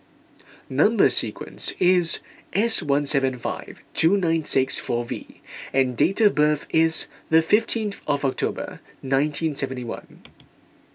Number Sequence is S one seven five two nine six four V and date of birth is the fifteenth of October nineteen seventy one